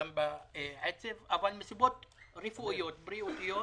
וגם בעצב, אבל מסיבות רפואיות בריאותיות